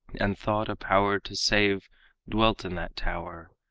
and thought a power to save dwelt in that tower.